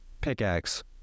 Pickaxe